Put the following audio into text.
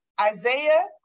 Isaiah